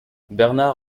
bernard